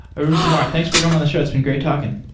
arun kumar, thanks for coming on the show. it's been great talking.